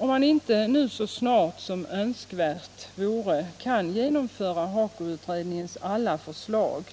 Om man inte så snart som vore önskvärt kan genomföra HAKO utredningens alla förslag,